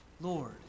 Lord